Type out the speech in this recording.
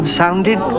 sounded